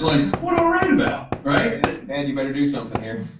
like what did i write about right and you better do something here.